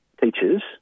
teachers